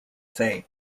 say